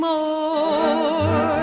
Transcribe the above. More